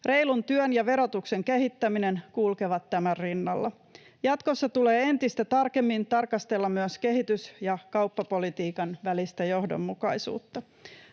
Reilun työn ja verotuksen kehittäminen kulkevat tämän rinnalla. Jatkossa tulee entistä tarkemmin tarkastella myös kehitys‑ ja kauppapolitiikan välistä johdonmukaisuutta.